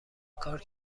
کار